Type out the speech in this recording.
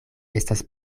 estas